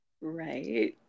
Right